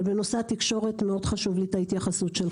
אבל בנושא תקשורת חשובה לי ההתייחסות שלך.